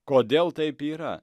kodėl taip yra